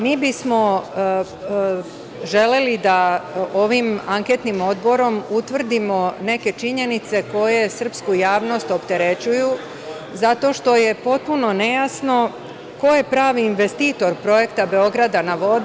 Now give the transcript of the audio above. Mi bismo želeli da ovim anketnim odborom utvrdimo neke činjenice koje srpsku javnost opterećuju zato što je potpuno nejasno ko je pravi investitor projekta „Beograd na vodi“